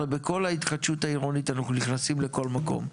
הרי בכל ההתחדשות העירונית אנחנו נכנסים בכל מקום.